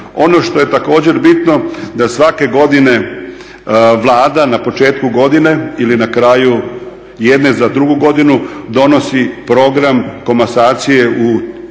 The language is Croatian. Ono što je također bitno da svake godine Vlada na početku godine ili na kraju jedne za drugu godinu donosi program komasacije u idućoj